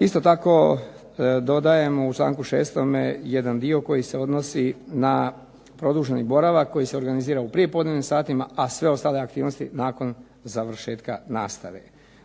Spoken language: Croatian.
Isto tako dodajemo u članku 6. jedan dio koji se odnosi na produženi boravak koji se organizira u prijepodnevnim satima, a sve ostale aktivnosti nakon završetka nastave.